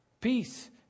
Peace